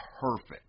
perfect